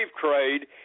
trade